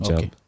Okay